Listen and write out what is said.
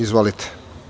Izvolite.